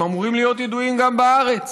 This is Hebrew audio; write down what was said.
הם אמורים להיות ידועים גם בארץ.